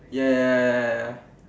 ya ya ya ya ya ya